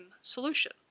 solution